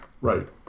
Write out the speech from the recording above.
Right